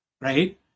right